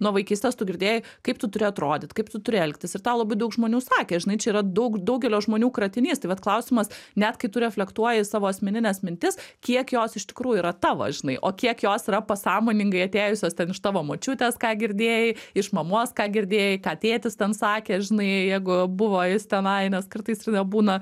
nuo vaikystės tu girdėjai kaip tu turi atrodyt kaip tu turi elgtis ir tą labai daug žmonių sakė žinai čia yra daug daugelio žmonių kratinys tai vat klausimas net kai tu reflektuoji savo asmenines mintis kiek jos iš tikrųjų yra tavo žinai o kiek jos yra pasąmoningai atėjusios iš tavo močiutės ką girdėjai iš mamos ką girdėjai ką tėtis ten sakė žinai jeigu buvo jis tenai nes kartais nebūna